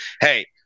hey